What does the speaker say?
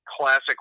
classic